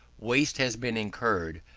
waste has been incurred,